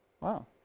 Wow